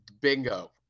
bingo